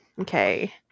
okay